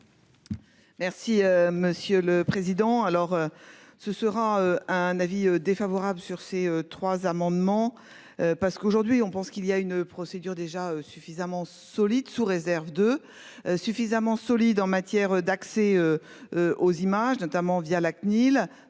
Merci monsieur le président, alors. Ce sera un avis défavorable sur ces trois amendements. Parce qu'aujourd'hui on pense qu'il y a une procédure déjà suffisamment solide sous réserve de suffisamment solide en matière d'accès. Aux images, notamment via la CNIL